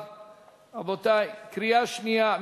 רבותי, קריאה שנייה.